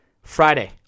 Friday